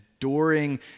Enduring